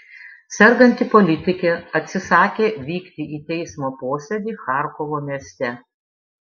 serganti politikė atsisakė vykti į teismo posėdį charkovo mieste